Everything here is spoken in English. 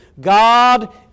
God